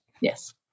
Yes